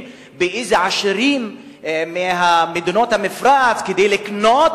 באיזה עשירים ממדינות המפרץ כדי לקנות,